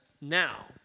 now